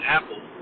Apple